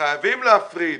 שחייבים להפריד